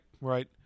right